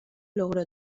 logró